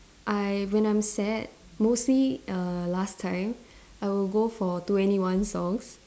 I when I'm sad mostly err last time I would go for two N E one songs